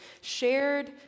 shared